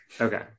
Okay